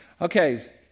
Okay